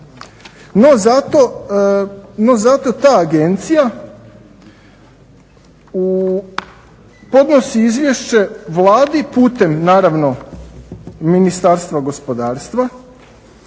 No zato ta agencija podnosi izvješće Vladi putem naravno Ministarstva gospodarstva